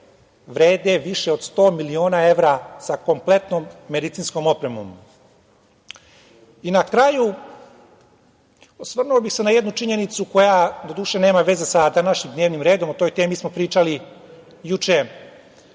vrede više od 100 miliona evra sa kompletnom medicinskom opremom. Na kraju, osvrnuo bih se na jednu činjenicu koja doduše nema veze sa današnjim dnevnim redom, o toj temi smo pričali juče.